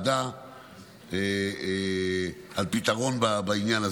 הוועדה קיבלה החלטה על פתרון בעניין הזה.